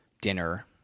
dinner